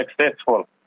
successful